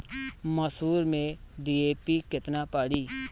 मसूर में डी.ए.पी केतना पड़ी?